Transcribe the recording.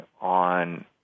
on